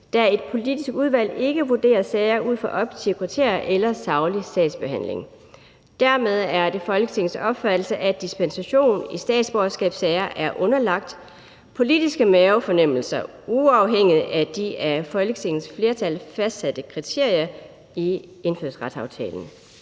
da et politisk udvalg ikke vurderer sager ud fra objektive kriterier eller saglig sagsbehandling. Dermed er det Folketingets opfattelse, at dispensation i statsborgerskabssager er underlagt politiske mavefornemmelser uafhængigt af de af Folketingets flertal fastsatte kriterier i Indfødsretsaftalen.«